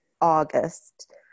August